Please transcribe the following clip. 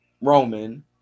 Roman